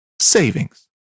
savings